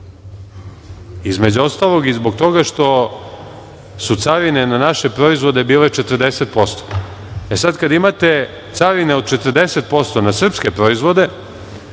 između ostalog, i zbog toga što su carine na naše proizvode bile 40%. E, sad kada imate carine od 40% na srpske proizvode,